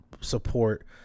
support